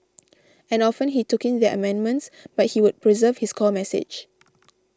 and often he took in their amendments but he would preserve his core message